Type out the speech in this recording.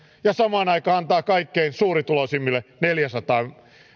ja samaan aikaan antaa kaikkein suurituloisimmille neljäsataa